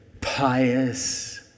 pious